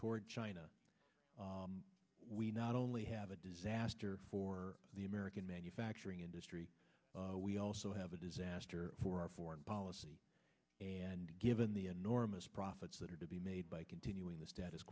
toward china we not only have a disaster for the american manufacturing industry we also have a disaster for our foreign policy and given the enormous profits that are to be made by continuing the status